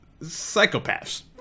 psychopaths